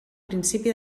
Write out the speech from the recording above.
principi